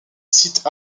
sites